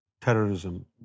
terrorism